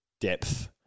depth